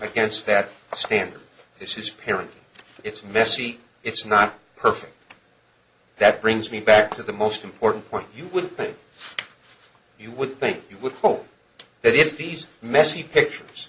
against that standard this is parenting it's messy it's not perfect that brings me back to the most important point you would think you would think you would hope that if these messy pictures